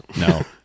No